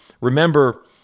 remember